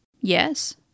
Yes